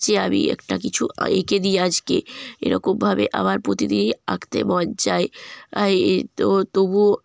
যে আমি একটা কিছু এঁকে দিই আজকে এরকমভাবে আমার প্রতিদিনই আঁকতে মন চায় আয় এ তবু তবুও